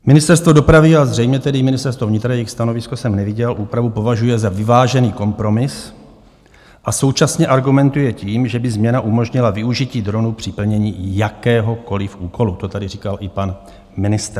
Ministerstvo dopravy, a zřejmě tedy i Ministerstvo vnitra jejich stanovisko jsem neviděl úpravu považuje za vyvážený kompromis a současně argumentuje tím, že by změna umožnila využití dronů při plnění jakéhokoli úkolu to tady říkal i pan ministr.